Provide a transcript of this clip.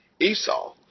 Esau